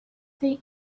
thing